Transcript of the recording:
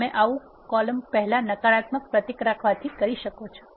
તમે આવું કોલમ પહેલા નકારાત્મક પ્રતીક રાખવાથી કરી શકો છો